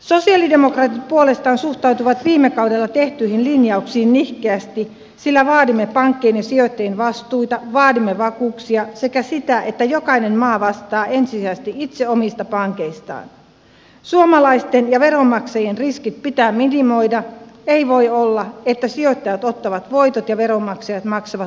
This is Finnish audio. sosialidemokraatit puolestaan suhtautuivat viime kaudella tehtyihin linjauksiin nihkeästi sillä vaadimme pankkien ja sijoittajien vastuuta vaadimme vakuuksia sekä sitä että jokainen maa vastaa ensisijaisesti itse omista pankeistaan suomalaisten ja veronmaksajien riskit pitää minimoida ei voi olla että sijoittajat ottavat voitot ja veronmaksajat maksavat tappiot